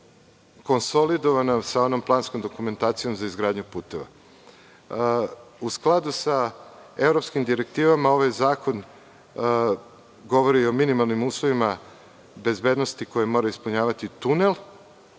konsolidovana sa planskom dokumentacijom za izgradnju puteva.U skladu sa evropskim direktivama, ovaj zakon govori o minimalnim uslovima bezbednosti koje mora ispunjavati tunel.